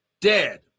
dead